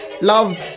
love